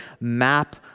map